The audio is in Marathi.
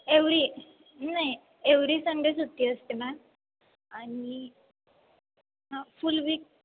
एव्हरी नाही एव्हरी संडे सुट्टी असते मॅम आणि ह फुल वीक